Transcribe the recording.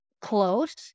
close